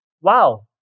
Wow